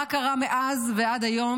מה קרה מאז ועד היום,